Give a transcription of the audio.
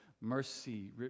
mercy